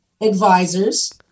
Advisors